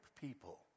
people